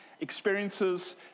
experiences